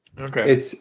Okay